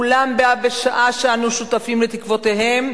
אולם בה בשעה שאנחנו שותפים לתקוותיהם,